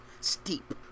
Steep